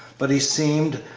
but he seemed,